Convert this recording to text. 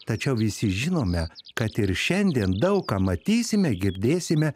tačiau visi žinome kad ir šiandien daug ką matysime girdėsime